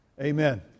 Amen